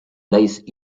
lies